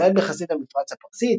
ישראל בחזית המפרץ הפרסי,